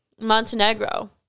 Montenegro